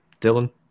Dylan